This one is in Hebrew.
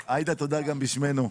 עאידה, תודה גם בשמנו.